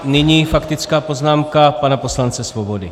Nyní faktická poznámka pana poslance Svobody.